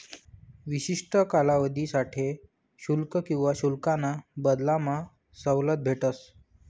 विशिष्ठ कालावधीसाठे शुल्क किवा शुल्काना बदलामा सवलत भेटस